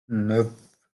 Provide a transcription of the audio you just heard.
neuf